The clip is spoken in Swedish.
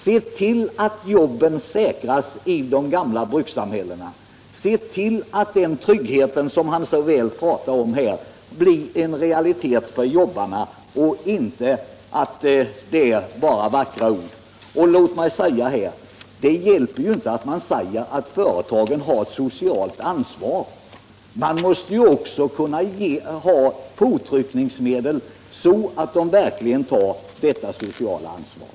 Se till att jobben säkras i de gamla brukssamhällena! Se till att den trygghet som det talas om blir en realitet för jobbarna och inte bara vackra ord! Det hjälper inte att man säger att företagen har socialt ansvar, man måste också ha påtryckningsmedel för att de verkligen skall ta det sociala ansvaret.